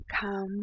come